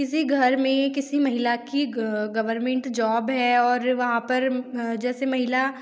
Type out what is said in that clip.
किसी घर में किसी महिला की गवर्नमेंट जॉब है और वहाँ पर जैसे महिला